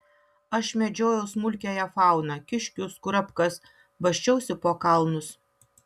aš medžiojau smulkiąją fauną kiškius kurapkas basčiausi po kalnus